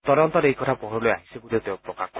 তদন্তত এই কথা পোহৰলৈ আহিছে বুলিও তেওঁ প্ৰকাশ কৰে